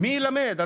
מי ילמד?